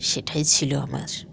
সেটাই ছিল আমার